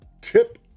Tip